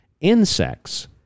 insects